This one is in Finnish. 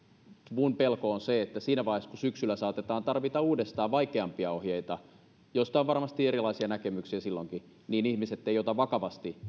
minun pelkoni on se että siinä vaiheessa kun syksyllä saatetaan tarvita uudestaan vaikeampia ohjeita joista on varmasti erilaisia näkemyksiä silloinkin ihmiset eivät ota niitä vakavasti